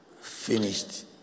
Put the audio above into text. finished